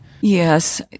Yes